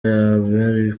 abari